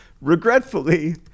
Regretfully